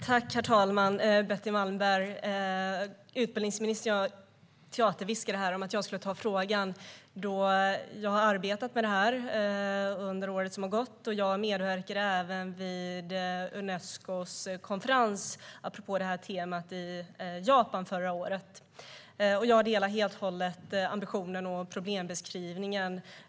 Herr talman och Betty Malmberg! Utbildningsministern teaterviskade till mig att jag skulle ta frågan då jag har arbetat med detta under det år som gått. Jag medverkade även vid Unescos konferens i Japan förra året, apropå detta tema. Jag håller helt och hållet med om ambitionen och problembeskrivningen.